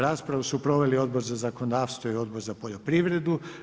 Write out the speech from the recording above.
Raspravu su proveli Odbor za zakonodavstvo i Odbor za poljoprivredu.